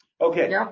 okay